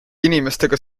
inimestega